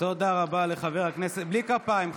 בלי כפיים.